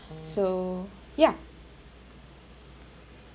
so ya